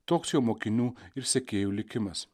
toks jo mokinių ir sekėjų likimas